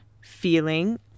feeling